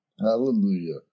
hallelujah